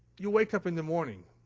you wake up in the morning.